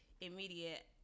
immediate